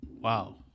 Wow